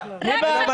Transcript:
--- היבה